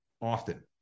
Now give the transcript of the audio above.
often